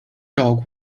dog